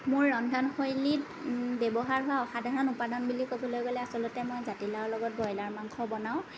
মোৰ ৰন্ধনশৈলীত ব্যৱহাৰ হোৱা অসাধাৰণ উপাদান বুলি ক'বলৈ গ'লে আচলতে মই জাতি লাওৰ লগত বইলাৰ মাংস বনাও